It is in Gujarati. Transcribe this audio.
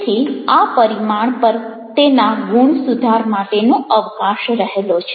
તેથી આ પરિમાણ પર તેના ગુણ સુધાર માટેનો અવકાશ રહેલો છે